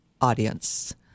audience